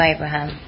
Abraham